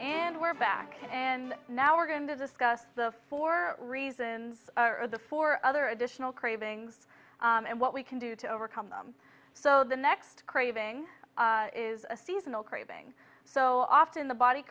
and we're back and now we're going to discuss the four reasons for the four other additional cravings and what we can do to overcome them so the next craving is a seasonal craving so often the body